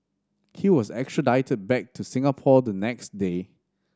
he was extradited back to Singapore the next day